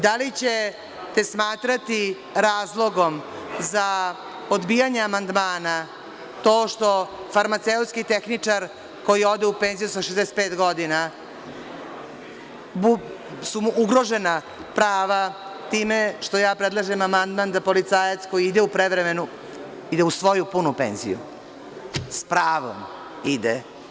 Da li ćete smatrati razlogom za odbijanje amandmana to što su farmaceutskom tehničaru koji ode u penziju sa 65 godine ugrožena prava time što ja predlažem amandman da policajac koji ide u prevremenu, idu u svoju punu penziju, s pravom ide?